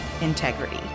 Integrity